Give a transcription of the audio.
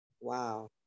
wow